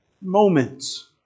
moments